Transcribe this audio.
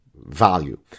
value